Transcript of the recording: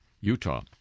Utah